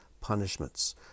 punishments